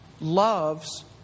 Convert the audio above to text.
loves